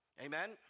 Amen